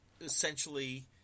essentially